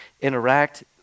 interact